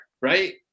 right